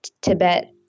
Tibet